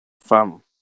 Fam